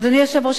אדוני היושב-ראש,